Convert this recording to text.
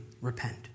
repent